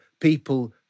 people